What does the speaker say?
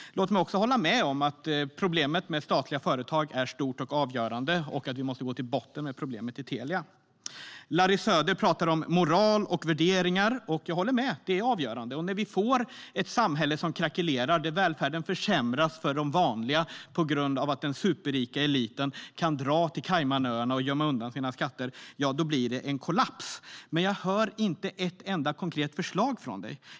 Låt mig också hålla med om att problemet med statliga företag är stort och avgörande och att vi måste gå till botten med problemet i Telia. Larry Söder pratade om moral och värderingar. Jag håller med - det är avgörande. När vi får ett samhälle som krackelerar, där välfärden försämras för de vanliga på grund av att den superrika eliten kan dra till Caymanöarna och gömma undan sina pengar, då blir det en kollaps. Men jag hör inte ett enda konkret förslag från dig.